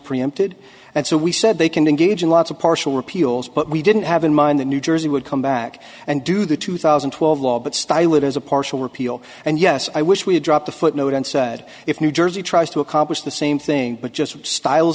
preempted and so we said they can engage in lots of partial repeals but we didn't have in mind the new jersey would come back and do the two thousand and twelve law but style it as a partial repeal and yes i wish we had dropped a footnote and said if new jersey tries to accomplish the same thing but just styles